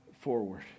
forward